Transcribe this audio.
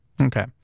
Okay